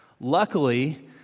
Luckily